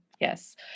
Yes